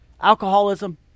Alcoholism